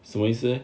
什么意思 leh